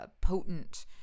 potent